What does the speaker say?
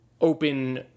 open